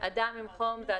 אני חושבת שיש נתונים,